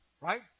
right